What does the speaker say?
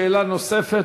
שאלה נוספת,